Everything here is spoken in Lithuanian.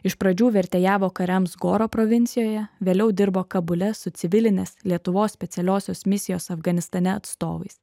iš pradžių vertėjavo kariams goro provincijoje vėliau dirbo kabule su civilinės lietuvos specialiosios misijos afganistane atstovais